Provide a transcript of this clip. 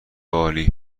عالی